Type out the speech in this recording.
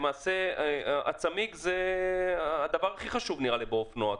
הצמיג זה הדבר הכי חשוב באופנוע,